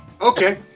Okay